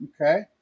Okay